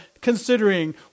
considering